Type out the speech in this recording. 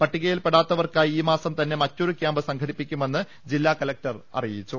പട്ടികയിൽ പെടാത്ത വർക്കായി ഈ മാസം തന്നെ മറ്റൊരു ക്യാംപ് സംഘടിപ്പിക്കുമെന്ന് ജില്ലാ കലക്ടർ അറിയിച്ചു